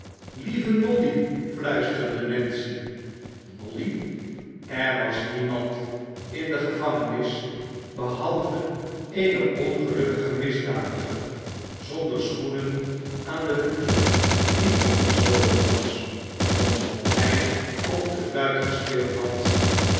lieve nolly fluisterde nancy nolly er was niemand in de gevangenis behalve een ongelukkige misdadiger zonder schoenen aan de voeten die opgesloten was omdat hij op de fluit gespeeld had